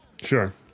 sure